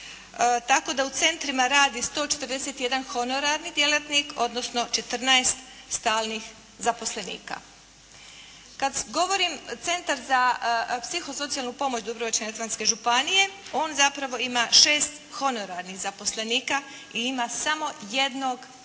tako da u centrima radi 141 honorarni djelatnik, odnosno 14 stalnih zaposlenika. Kad govorim Centar za psihosocijalnu pomoć Dubrovačko-neretvanske županije on zapravo ima 6 honorarnih zaposlenika, i ima samo jednog stalnog